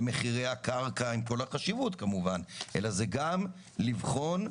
הקבלנים לא מאושרים.